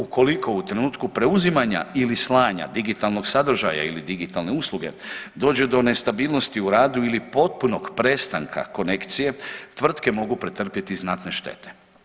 Ukoliko u trenutku preuzimanja ili slanja digitalnog sadržaja ili digitalne usluge dođe do nestabilnosti u radu ili potpunog prestanka konekcije tvrtke mogu pretrpjeti znatne štete.